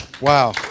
Wow